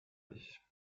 ich